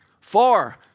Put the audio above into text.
Four